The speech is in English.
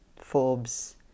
Forbes